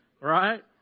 Right